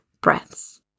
breaths